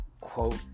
quote